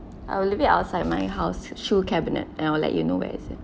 I will leave it outside my house shoe cabinet and I will let you know where is it